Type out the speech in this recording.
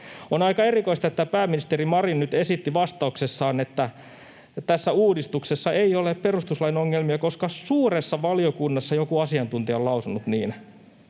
On aika erikoista, että pääministeri Marin nyt esitti vastauksessaan, että tässä uudistuksessa ei ole perustuslain ongelmia, koska suuressa valiokunnassa joku asiantuntija on lausunut niin.